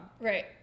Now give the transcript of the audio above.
Right